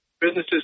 businesses